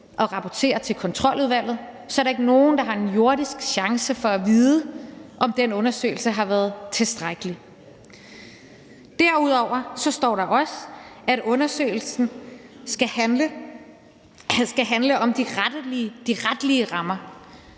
og rapportere til Kontroludvalget, er der ikke nogen, der har en jordisk chance for at vide, om den undersøgelse har været tilstrækkelig. Kl. 16:58 Derudover står der også, at undersøgelsen skal handle om de retlige rammer.